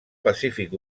pacífic